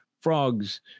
frogs